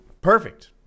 perfect